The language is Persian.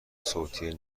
صوتی